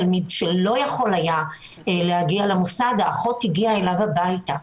תלמיד שלא יכול היה להגיע למוסד האחות הגיעה אליו הביתה.